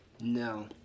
No